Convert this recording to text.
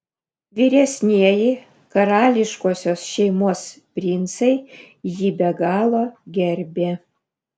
vyresnieji karališkosios šeimos princai jį be galo gerbė